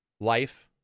life